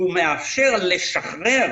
הוא מאפשר לשחרר